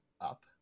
up